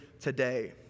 today